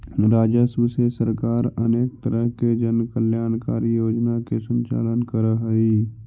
राजस्व से सरकार अनेक तरह के जन कल्याणकारी योजना के संचालन करऽ हई